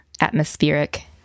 atmospheric